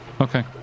Okay